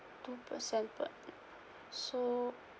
two percent per annum so